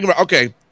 Okay